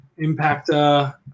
Impactor